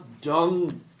done